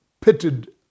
pitted